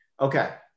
Okay